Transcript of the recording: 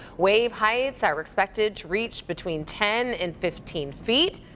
wave heights are expected to reach between ten and fifteen feet.